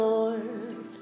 Lord